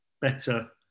better